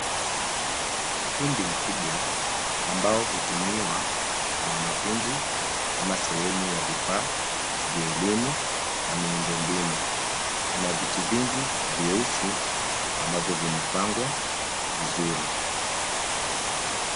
Ukumbi mkubwa, ambao hutumiwa na wanafunzi kama sehemu ya vifaa vya elimu na miundombinu. Ina viti vingi vyeusi ambavyo vimepangwa vizuri.